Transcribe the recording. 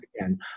again